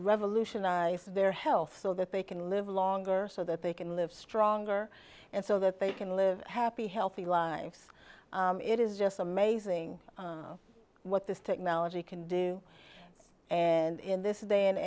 revolutionize their health so that they can live longer so that they can live stronger and so that they can live happy healthy lives it is just amazing what this technology can do and in this day